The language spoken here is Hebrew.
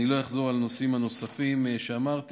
אני לא אחזור על הנושאים הנוספים שאמרתי.